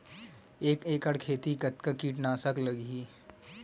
एक एकड़ खेती कतका किट नाशक लगही?